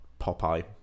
Popeye